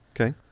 Okay